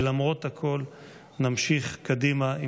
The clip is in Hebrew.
ולמרות הכול נמשיך קדימה,